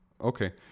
Okay